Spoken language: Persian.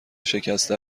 شکسته